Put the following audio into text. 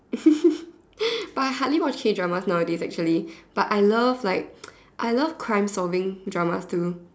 but I hardly watch K-dramas nowadays actually but I love like I love crime solving dramas too